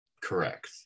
correct